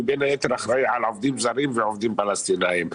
ובין היתר אחראי על עובדים זרים ועובדים פלסטינאים.